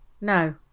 No